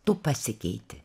tu pasikeiti